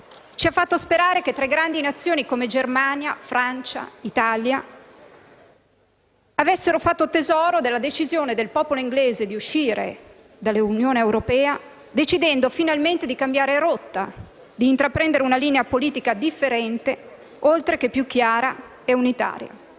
ci ha fatto sperare che tre grandi Nazioni come Francia, Germania e l'Italia avessero fatto tesoro della decisione del popolo inglese di uscire dall'Unione europea, decidendo finalmente di cambiare rotta, di intraprendere una linea politica differente oltre che più chiara e unitaria.